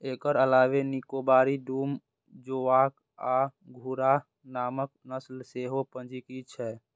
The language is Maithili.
एकर अलावे निकोबारी, डूम, जोवॉक आ घुर्राह नामक नस्ल सेहो पंजीकृत छै